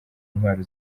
intwaro